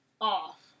off